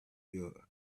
you